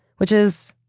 which is,